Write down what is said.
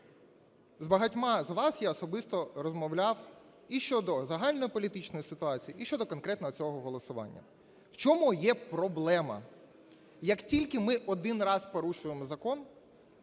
З багатьма з вас я особисто розмовляв і щодо загальнополітичної ситуації, і щодо конкретно цього голосування. В чому є проблема? Як тільки ми один раз порушуємо закон,